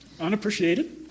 Unappreciated